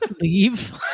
leave